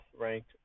ranked